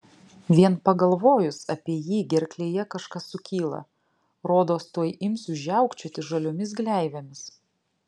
vien pagalvojus apie jį gerklėje kažkas sukyla rodos tuoj imsiu žiaukčioti žaliomis gleivėmis